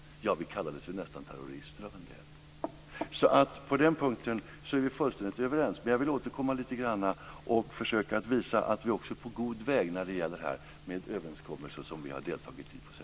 Vi kallades nästan terrorister av en del. På den punkten är vi fullständigt överens. Jag vill återkomma och försöka visa att vi är på god väg. Vi har deltagit i överenskommelser på senare tid.